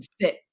sit